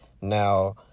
Now